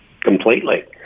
completely